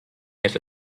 has